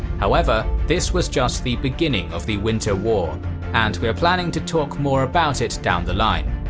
however, this was just the beginning of the winter war and we are planning to talk more about it down the line.